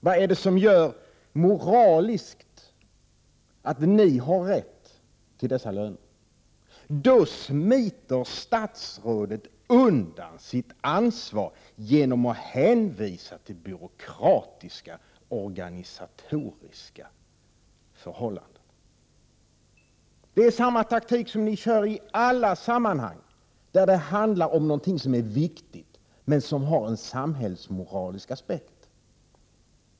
Vad är det som moraliskt gör att statsråden har rätt till dessa löner? Statsrådet smiter undan sitt ansvar genom att hänvisa till byråkratiska och organisatoriska förhållanden. Det är samma taktik som ni i regeringen använder i alla sammanhang när det handlar om något som är viktigt men som har en samhällsmoralisk aspekt.